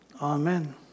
Amen